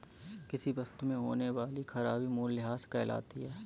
किसी वस्तु में होने वाली खराबी मूल्यह्रास कहलाती है